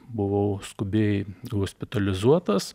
buvau skubiai hospitalizuotas